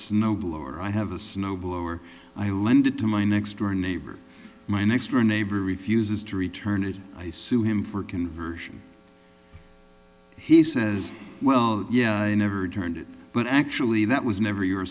snowblower i have a snowblower i lend it to my next door neighbor my next door neighbor refuses to return it i sue him for conversion he says well yeah i never returned it but actually that was never you